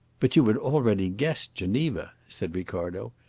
but you had already guessed geneva, said ricardo.